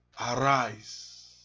Arise